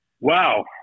Wow